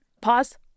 Pause